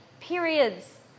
periods